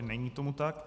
Není tomu tak.